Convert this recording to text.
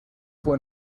fue